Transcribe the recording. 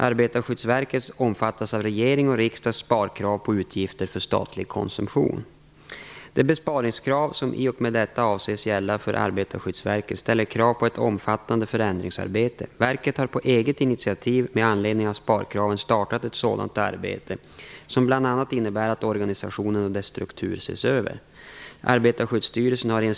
Arbetarskyddsverket omfattas av regerings och riksdags sparkrav på utgifter för statlig konsumtion. De besparingskrav som i och med detta avses gälla för Arbetarskyddsverket ställer krav på ett omfattande förändringsarbete. Verket har på eget initiativ med anledning av sparkraven startat ett sådant arbete, som bl.a. innebär att organisationen och dess struktur ses över.